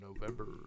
November